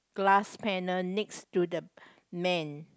glass panel next to the man